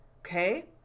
Okay